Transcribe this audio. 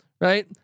right